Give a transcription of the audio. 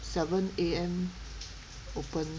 seven A_M open